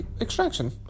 Extraction